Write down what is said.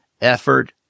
effort